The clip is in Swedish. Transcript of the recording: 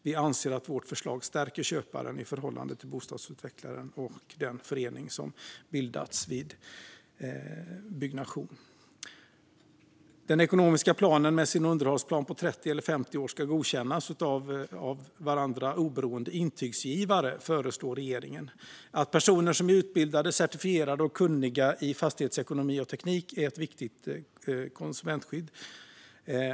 Vi anser att vårt förslag stärker köparen i förhållande till bostadsutvecklaren och den förening som bildats vid byggnation. Den ekonomiska planen med sin underhållsplan på 30 eller 50 år ska godkännas av intygsgivare som är oberoende av varandra, föreslår regeringen. Att personer är utbildade, certifierade och kunniga i fastighetsekonomi och teknik är ett viktigt konsumentskydd.